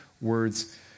words